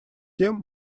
тем